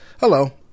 Hello